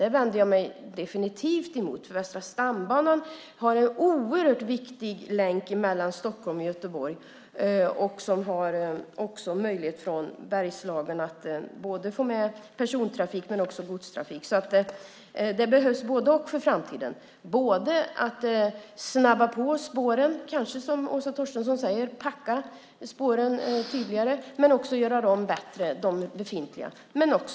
Det vänder jag med definitivt emot, för Västra stambanan är en oerhört viktig länk mellan Stockholm och Göteborg. Den möjliggör också både persontrafik och godstrafik till och från Bergslagen. Det behövs både-och för framtiden, både att man snabbar på spåren och kanske, som Åsa Torstensson säger, packa spåren mer men också göra de befintliga spåren bättre.